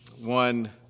One